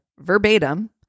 verbatim